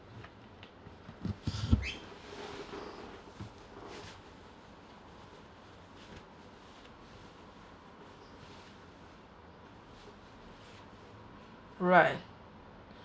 right